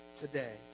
today